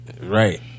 Right